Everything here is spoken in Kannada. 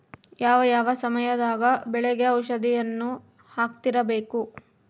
ಯಾವ ಯಾವ ಸಮಯದಾಗ ಬೆಳೆಗೆ ಔಷಧಿಯನ್ನು ಹಾಕ್ತಿರಬೇಕು?